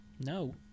No